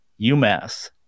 UMass